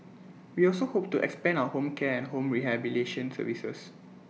we also hope to expand our home care and home rehabilitation services